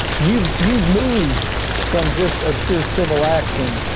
you've, you've moved from just a pure civil action,